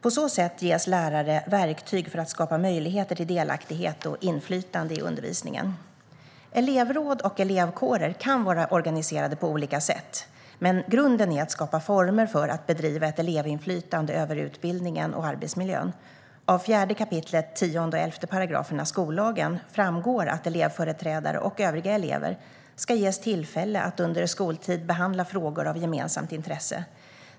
På så sätt ges lärare verktyg för att skapa möjligheter till delaktighet och inflytande i undervisningen. Elevråd och elevkårer kan vara organiserade på olika sätt. Men grunden är att skapa former för att bedriva ett elevinflytande över utbildning och arbetsmiljö. Av 4 kap. 10 och 11 § skollagen framgår att elevföreträdare och övriga elever ska ges tillfälle att under skoltid behandla frågor av gemensamt intresse.